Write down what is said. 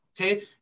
okay